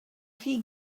rhy